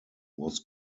was